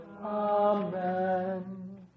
Amen